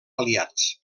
aliats